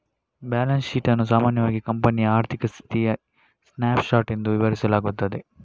balance sheet ಅನ್ನು ಸಾಮಾನ್ಯವಾಗಿ ಕಂಪನಿಯ ಆರ್ಥಿಕ ಸ್ಥಿತಿಯ ಸ್ನ್ಯಾಪ್ ಶಾಟ್ ಎಂದು ವಿವರಿಸಲಾಗುತ್ತದೆ